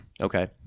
Okay